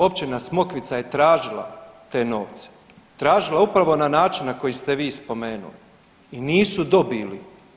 Općina Smokvica je tražila te novce, tražila je upravo na način na koji ste vi spomenuli i nisu dobili.